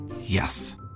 Yes